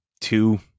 two